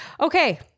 Okay